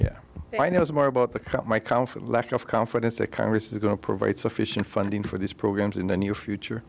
yeah i know it's more about the cult my confident lack of confidence that congress is going to provide sufficient funding for these programs in the near future